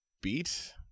beat